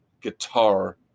guitar